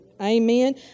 Amen